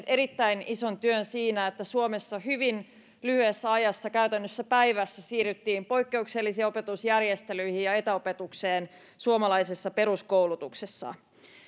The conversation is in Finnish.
erittäin ison työn siinä että suomessa hyvin lyhyessä ajassa käytännössä päivässä siirryttiin poikkeuksellisiin opetusjärjestelyihin ja etäopetukseen suomalaisessa peruskoulutuksessa